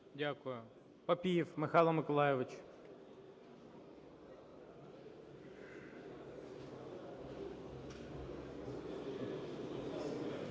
Дякую. Папієв Михайло Миколайович.